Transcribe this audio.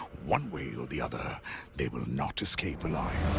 one way or the other they will not escape alive.